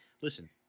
Listen